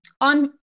on